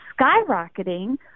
skyrocketing